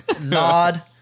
nod